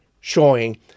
showing